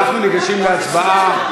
אנחנו ניגשים להצבעה,